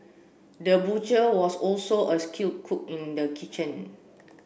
the butcher was also a skilled cook in the kitchen